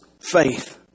faith